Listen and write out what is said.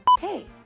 Hey